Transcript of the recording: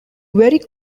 very